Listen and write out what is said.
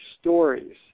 stories